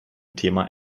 thema